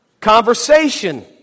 Conversation